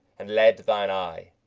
and led thine eye.